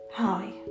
Hi